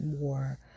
more